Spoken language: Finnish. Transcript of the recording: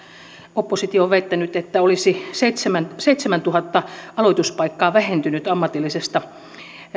oppositio on väittänyt että olisi seitsemäntuhatta aloituspaikkaa vähentynyt ammatillisesta